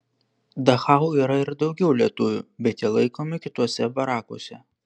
dachau yra ir daugiau lietuvių bet jie laikomi kituose barakuose